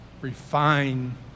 refine